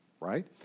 right